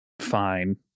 fine